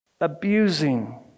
abusing